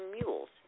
mules